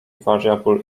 variable